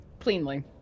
Cleanly